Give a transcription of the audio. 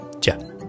Ciao